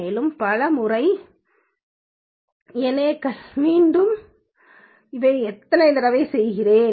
மேலும் பல முறை என்ஏக்களை மீண்டும் இத்தனை தடவை செய்கிறேன்